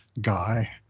guy